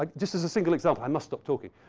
like just as a single example, i must stop talking,